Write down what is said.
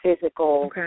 physical